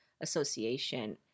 Association